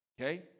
Okay